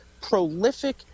prolific